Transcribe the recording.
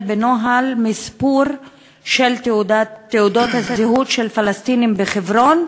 בנוהל מספור של תעודות זהות של פלסטינים בחברון,